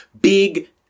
big